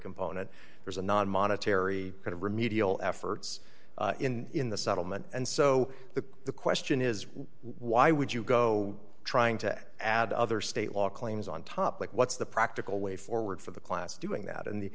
component there's a non monetary kind of remedial efforts in the settlement and so the the question is why would you go trying to add other state law claims on top like what's the practical way forward for the class doing that